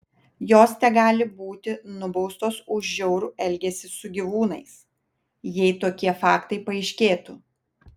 jos tegali būti nubaustos už žiaurų elgesį su gyvūnais jei tokie faktai paaiškėtų